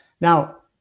Now